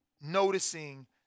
noticing